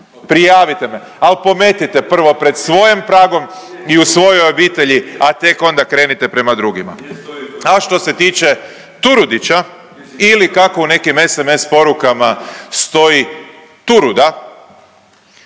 prijavite me, al pometite prvo pred svojim pragom i u svojoj obitelji, a tek onda krenite prema drugima. A što se tiče Turudića ili kako u nekim SMS porukama stoji Turuda,